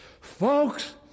Folks